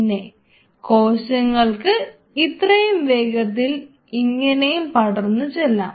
പിന്നെ കോശങ്ങൾക്ക് ഇത്രയും വേഗത്തിൽ ഇങ്ങനെയും പടർന്നു ചെല്ലാം